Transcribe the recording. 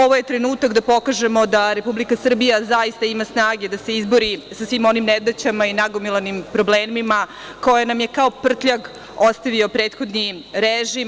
Ovo je trenutak da pokažemo da Republika Srbija zaista ima snage da se izbori sa svim onim nedaćama i nagomilanim problemima, koje nam je kao prtljag ostavio prethodni režim.